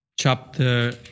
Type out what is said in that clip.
chapter